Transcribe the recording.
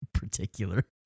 particular